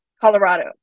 Colorado